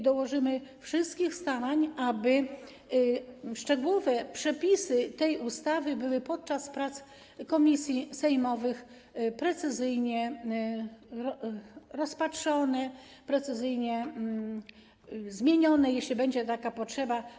Dołożymy wszelkich starań, aby szczegółowe przepisy tej ustawy podczas prac komisji sejmowych były precyzyjnie rozpatrzone, precyzyjnie zmienione, jeśli będzie taka potrzeba.